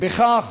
בכך